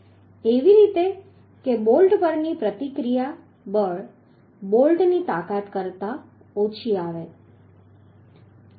એવી રીતે કે બોલ્ટ પરની પ્રતિક્રિયા બળ બોલ્ટની તાકાત કરતાં ઓછી આવે છે